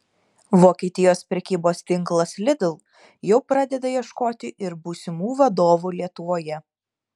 vokietijos prekybos tinklas lidl jau pradeda ieškoti ir būsimų vadovų lietuvoje